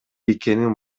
экенин